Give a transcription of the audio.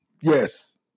yes